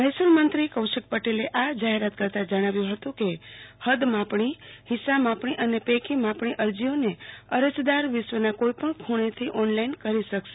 મહેસુલ મંત્રી કૌશિક પટેલે આ જાહેરાત કરતા જણાવ્યું હતું કે કદ માપણી હિસ્સા માપણી અને પૈકી માપણી અરજીઓ અરજદાર વિશ્વના કોઈપણ ખુણેથી ઓનલઈાન કરી શકશે